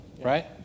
right